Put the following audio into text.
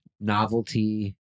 novelty